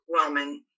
overwhelming